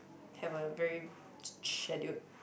have a very scheduled